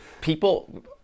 People